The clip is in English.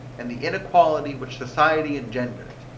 and the inequality which society engenders,